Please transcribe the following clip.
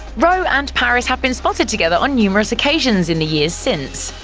rowe and paris have been spotted together on numerous occasions in the years since.